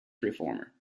reformer